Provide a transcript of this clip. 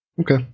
Okay